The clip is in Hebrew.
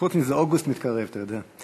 חוץ מזה אוגוסט מתקרב, אתה יודע.